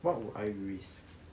what would I risk